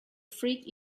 freak